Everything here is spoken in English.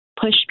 push